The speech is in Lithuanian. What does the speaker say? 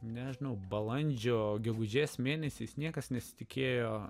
nežinau balandžio gegužės mėnesiais niekas nesitikėjo